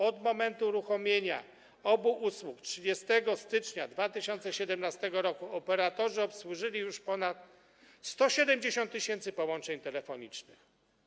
Od momentu uruchomienia obu usług 30 stycznia 2017 r. operatorzy obsłużyli już ponad 170 tys. połączeń telefonicznych.